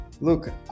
Look